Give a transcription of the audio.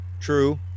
True